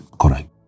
Correct